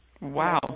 Wow